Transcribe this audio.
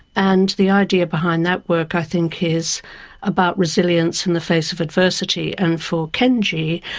and the idea behind that work i think is about resilience in the face of adversity. and for kenji,